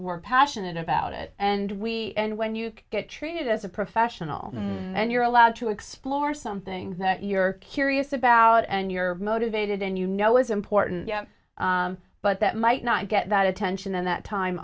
we're passionate about it and we and when you get treated as a professional and you're allowed to explore something that you're curious about and you're motivated and you know was important yeah but that might not get that attention that time